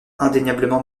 indéniablement